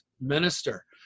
minister